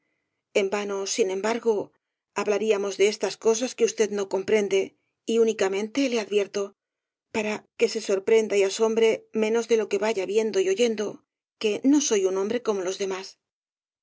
en vano sin embargo hablaríamos de estas cosas que usted no comprende y únicamente le advierto para que se sorprenda y asombre menos de lo que vaya viendo y oyendo que no soy un hombre como los demás